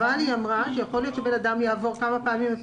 אמרה שיכול להיות שבן אדם יעבור כמה פעמים את